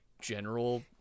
general